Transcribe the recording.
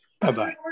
Bye-bye